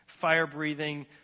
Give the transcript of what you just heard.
fire-breathing